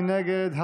מי נגד?